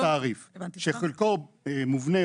לא להרע את מצבם של מעונות היום,